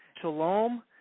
shalom